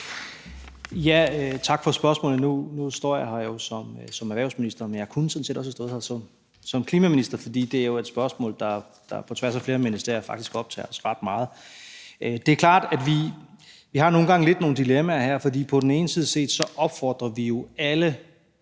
Tak for spørgsmålet. Nu står jeg jo her som erhvervsminister, men jeg kunne sådan set også have stået her som klimaminister, for det er jo et spørgsmål, der går på tværs af flere ministerier og faktisk optager os ret meget. Det er klart, at vi nogle gange har lidt nogle dilemmaer her, for på den ene side opfordrer vi jo alle